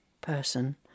person